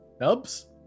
Nubs